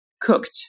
cooked